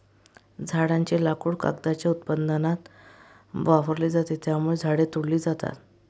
झाडांचे लाकूड कागदाच्या उत्पादनात वापरले जाते, त्यामुळे झाडे तोडली जातात